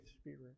Spirit